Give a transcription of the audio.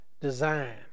design